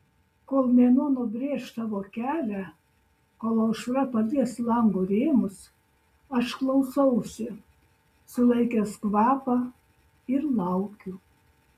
kol mėnuo nubrėš savo kelią kol aušra palies lango rėmus aš klausausi sulaikęs kvapą ir laukiu